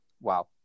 wow